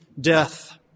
death